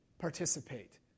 participate